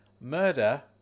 Murder